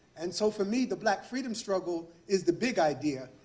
and so for me, the black freedom struggle is the big idea.